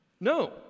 No